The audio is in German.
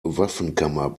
waffenkammer